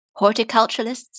Horticulturalists